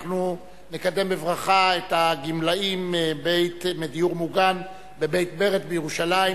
נקדם בברכה את הגמלאים מדיור מוגן ב"בית ברט" בירושלים,